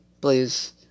please